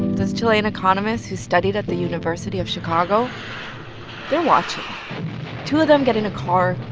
those chilean economists who studied at the university of chicago they're watching two of them get in a car,